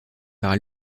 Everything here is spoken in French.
par